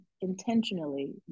intentionally